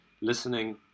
listening